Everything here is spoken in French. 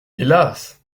hélas